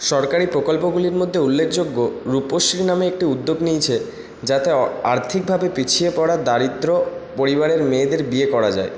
সরকারি প্রকল্পগুলির মধ্যে উল্লেখযোগ্য রূপশ্রী নামে একটি উদ্যোগ নিয়েছে যাতে আর্থিকভাবে পিছিয়ে পড়া দরিদ্র পরিবারের মেয়েদের বিয়ে করা যায়